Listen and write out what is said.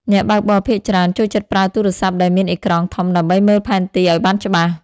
អ្នកបើកបរភាគច្រើនចូលចិត្តប្រើទូរស័ព្ទដែលមានអេក្រង់ធំដើម្បីមើលផែនទីឱ្យបានច្បាស់។